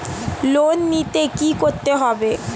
Loan নিতে কী করতে হবে?